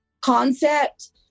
concept